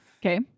Okay